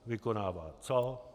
Vykonává co?